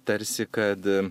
tarsi kad